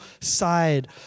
side